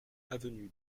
avenue